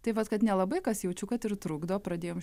tai vat kad nelabai kas jaučiu kad ir trukdo pradėjom